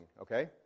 Okay